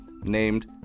named